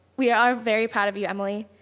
we are very proud of you, emily.